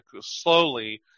slowly